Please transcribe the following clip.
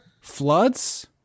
floods